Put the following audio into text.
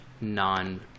non